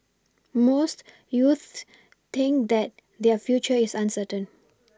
most youths think that their future is uncertain